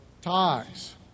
ties